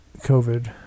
covid